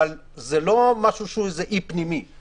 זה לא אי פנימי;